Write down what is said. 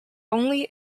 only